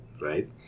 right